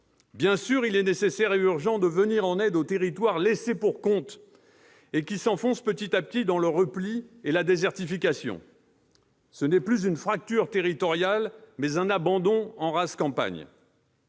Bien sûr, il est nécessaire et urgent de venir en aide aux territoires laissés pour compte et qui s'enfoncent petit à petit dans le repli et la désertification. Ce n'est plus une fracture territoriale, c'est un abandon en rase campagne